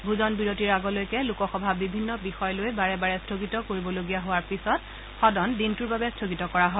ভোজন বিৰতিৰ আগলৈকে লোকসভা বিভিন্ন বিষয় লৈ বাৰে বাৰে স্থগিত কৰিবলগীয়া হোৱাৰ পিছত সদন দিনটোৰ বাবে স্থগিত কৰা হয়